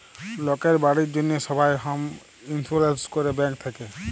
লকের বাড়ির জ্যনহে সবাই হম ইলসুরেলস ক্যরে ব্যাংক থ্যাকে